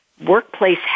workplace